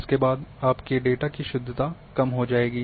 इसके बाद आपके डेटा की शुद्धता कम हो जाएगी